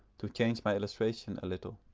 to change my illustration a little.